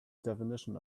definition